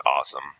awesome